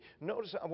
Notice